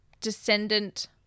descendant